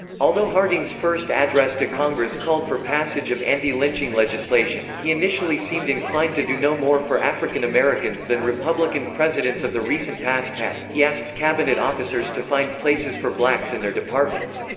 although harding's first address to congress called for passage of anti-lynching legislation, he initially seemed inclined to do no more for african americans than republican presidents of the recent past had he asked cabinet officers to find places for blacks in their departments.